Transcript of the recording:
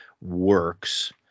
works